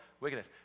wickedness